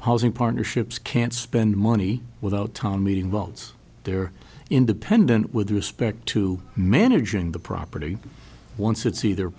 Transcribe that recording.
housing partnerships can't spend money without town meeting votes they're independent with respect to managing the property once it's either